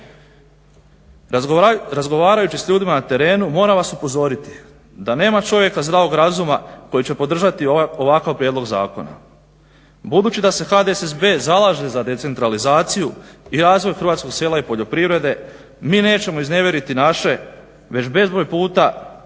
Razgovarajući s ljudima na terenu moram vas upozoriti da nema čovjeka zdravog razuma koji će podržati ovakav prijedlog zakona. Budući da se HDSSB zalaže za decentralizaciju i razvoj hrvatskog sela i poljoprivrede mi nećemo iznevjeriti naše, već bezbroj puta